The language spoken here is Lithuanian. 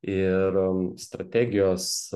ir strategijos